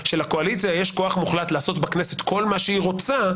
שלקואליציה יש כוח מוחלט לעשות בכנסת כל מה שהיא רוצה,